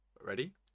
Ready